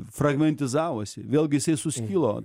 fragmentizavosi vėlgi jisai suskilo